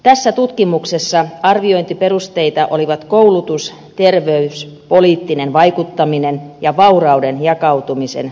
tässä tutkimuksessa arviointiperusteita olivat koulutus terveys poliittinen vaikuttaminen ja vaurauden jakautumisen sukupuolittuneisuus